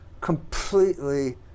completely